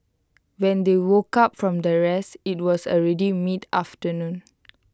when they woke up from their rest IT was already mid afternoon